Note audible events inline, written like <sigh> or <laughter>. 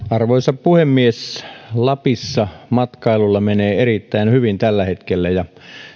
<unintelligible> arvoisa puhemies lapissa matkailulla menee erittäin hyvin tällä hetkellä ja